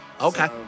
Okay